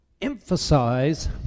emphasize